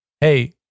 Hey